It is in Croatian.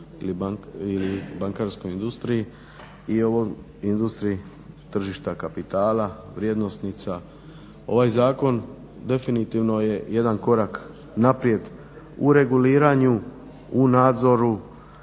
ili bankarskoj industriji i ovoj industriji tržišta kapitala, vrijednosnica. Ovaj zakon definitivno je jedan korak naprijed u reguliranju, u nadzoru